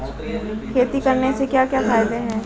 खेती करने से क्या क्या फायदे हैं?